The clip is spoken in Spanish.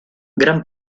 gran